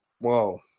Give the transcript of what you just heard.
Whoa